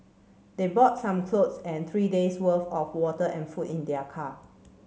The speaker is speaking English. they bought some clothes and three days worth of water and food in their car